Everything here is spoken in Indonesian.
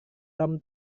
tom